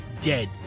dead